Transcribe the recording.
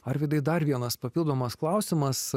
arvydai dar vienas papildomas klausimas